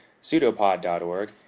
pseudopod.org